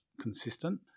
consistent